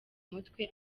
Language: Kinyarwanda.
mutwe